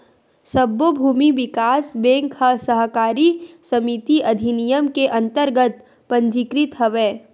सब्बो भूमि बिकास बेंक ह सहकारी समिति अधिनियम के अंतरगत पंजीकृत हवय